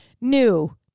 new